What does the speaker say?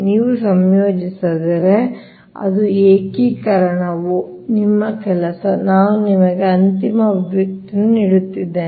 ನೀವು ಸಂಯೋಜಿಸಿದರೆ ಅದು ಏಕೀಕರಣವು ನಿಮ್ಮ ಕೆಲಸ ನಾನು ನಿಮಗೆ ಅಂತಿಮ ಅಭಿವ್ಯಕ್ತಿಯನ್ನು ನೀಡುತ್ತಿದ್ದೇನೆ